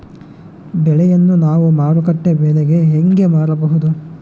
ಬೆಳೆಯನ್ನ ನಾವು ಮಾರುಕಟ್ಟೆ ಬೆಲೆಗೆ ಹೆಂಗೆ ಮಾರಬಹುದು?